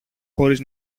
χωρίς